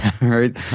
right